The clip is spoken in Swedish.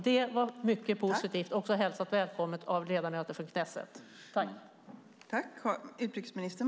Det var mycket positivt och också hälsat välkommet av ledamöter i Knesset.